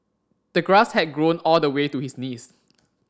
the grass had grown all the way to his knees